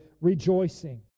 rejoicing